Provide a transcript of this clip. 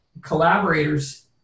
collaborators